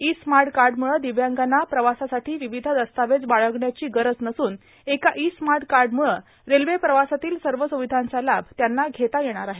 E smart कार्डमुळे दिव्यांगांना प्रवासासाठी विविध दस्तावेज बाळगण्याची गरज नसून एका ई स्मार्ट कार्डम्ळे रेल्वे प्रवासातील सर्व स्विधांचा लाभ त्यांना घेता येणार आहे